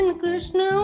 krishna